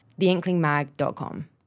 theinklingmag.com